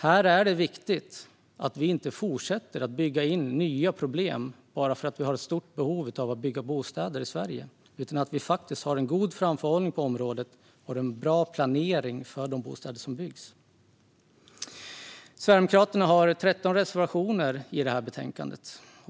Det är viktigt att man inte fortsätter att bygga in nya problem bara för att det finns ett stort behov av att bygga bostäder i Sverige. Det är viktigt att man har en god framförhållning på området och har en bra planering för de bostäder som byggs. Sverigedemokraterna har 13 reservationer i detta betänkande.